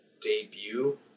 debut